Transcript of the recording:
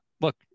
look